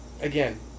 Again